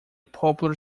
popular